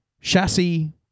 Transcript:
chassis